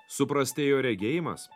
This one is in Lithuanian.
suprastėjo regėjimas